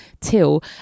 till